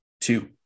two